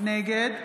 נגד